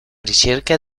ricerca